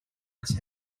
its